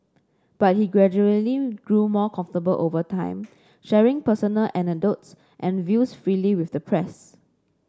but he gradually grew more comfortable over time sharing personal anecdotes and views freely with the press